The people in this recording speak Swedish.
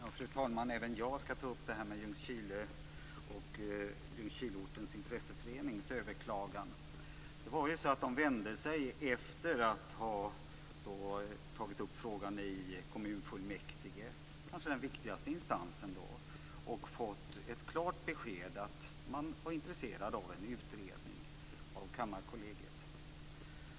Fru talman! Även jag skall ta upp Ljungskile och Ljungskileortens intresseförenings överklagande. Man tog upp frågan i kommunfullmäktige, kanske den viktigaste instansen, och fick ett klart besked om att det fanns ett intresse för en utredning av Kammarkollegiet.